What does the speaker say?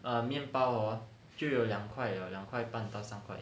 err 面包 hor 就有两块了两块半到三块